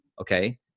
Okay